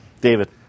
David